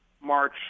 March